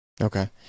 Okay